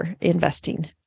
investing